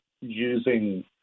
using